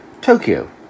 Tokyo